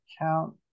account